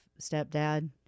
stepdad